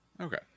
Okay